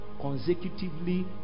consecutively